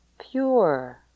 pure